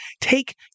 take